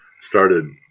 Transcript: started